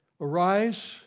arise